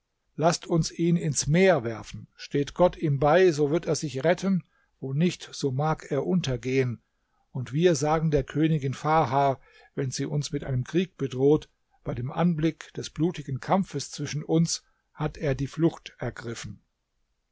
laßt uns ihn ins meer werfen steht gott ihm bei so wird er sich retten wo nicht so mag er untergehen und wir sagen der königin farha wenn sie uns mit einem krieg bedroht bei dem anblick des blutigen kampfes zwischen uns hat er die flucht ergriffen